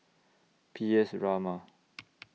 P S Raman